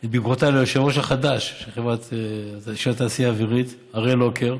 מפה את ברכותיי ליושב-ראש החדש של התעשייה האווירית הראל לוקר.